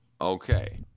Okay